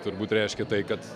turbūt reiškia tai kad